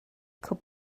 could